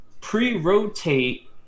pre-rotate